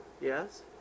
Yes